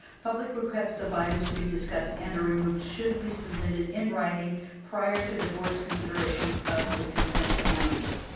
public requests of items to be discussed and or removed should be submitted in writing prior to the board's consideration of the consent calendar.